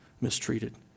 mistreated